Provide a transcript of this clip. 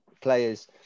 players